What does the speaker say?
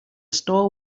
store